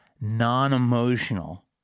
non-emotional